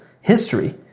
history